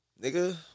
nigga